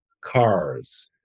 cars